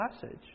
passage